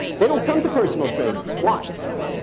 they don't come to personal trainers. why?